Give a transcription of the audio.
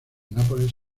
nápoles